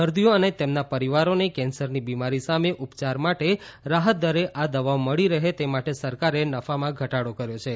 દર્દીઓ અને તેમના પરિવારોને કેન્સરની બિમારી સામે ઉપચાર માટે રાહત દરે આ દવાઓ મળી રહે તે માટે સરકારે નફામાં ઘટાડો કર્યો છે